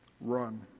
Run